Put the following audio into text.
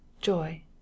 joy